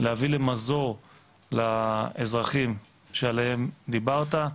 להביא למזור לאזרחים שעליהם דיברת.